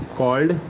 called